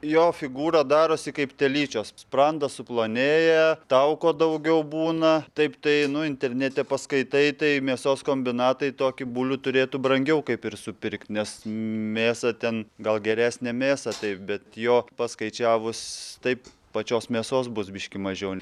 jo figūra darosi kaip telyčios sprandas suplonėja tauko daugiau būna taip tai nu internete paskaitai tai mėsos kombinatai tokį bulių turėtų brangiau kaip ir supirkt nes mėsa ten gal geresnė mėsa tai bet jo paskaičiavus taip pačios mėsos bus biškį mažiau